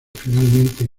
finalmente